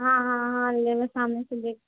हाँ हाँ हाँ